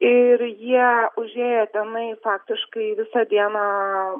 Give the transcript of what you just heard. ir jie užėję tenai faktiškai visą dieną